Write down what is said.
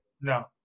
no